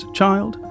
child